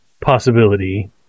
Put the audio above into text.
possibility